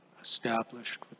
established